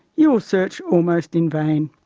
you will search almost in vain.